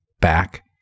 back